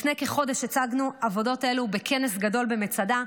לפני כחודש הצגנו עבודות אלו בכנס גדול במצדה,